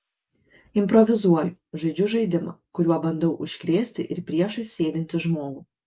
improvizuoju žaidžiu žaidimą kuriuo bandau užkrėsti ir priešais sėdintį žmogų